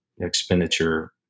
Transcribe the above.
expenditure